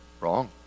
Wrong